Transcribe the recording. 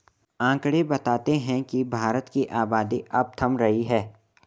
आकंड़े बताते हैं की भारत की आबादी अब थम रही है